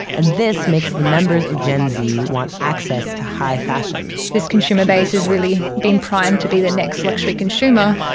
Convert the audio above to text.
and this makes the members of gen z want access to high fashion. this consumer-base has really been primed to be the next luxury consumer,